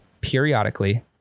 periodically